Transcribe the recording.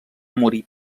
morir